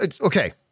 Okay